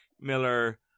Miller